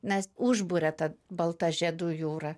nes užburia ta balta žiedų jūra